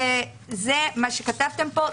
זה מה שכתבתם כאן,